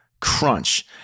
crunch